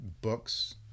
books